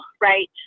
right